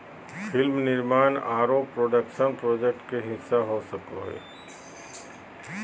film निर्माण आरो production project के हिस्सा हो सको हय